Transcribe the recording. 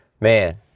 Man